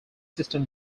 system